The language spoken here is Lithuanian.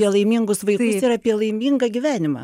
apie laimingus vaikus ir apie laimingą gyvenimą